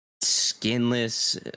skinless